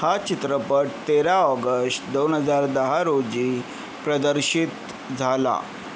हा चित्रपट तेरा ऑगस्ट दोन हजार दहा रोजी प्रदर्शित झाला